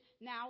Now